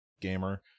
gamer